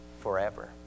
forever